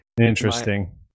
Interesting